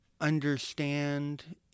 understand